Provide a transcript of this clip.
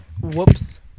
Whoops